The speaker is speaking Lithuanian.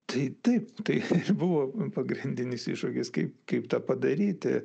tai taip tai buvo pagrindinis iššūkis kaip kaip tą padaryti